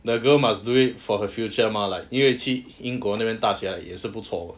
the girl must do it for her future mah like 因为去英国那个大学也是不错 [what]